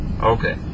Okay